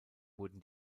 wurden